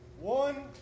One